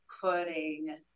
putting